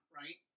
right